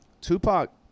Tupac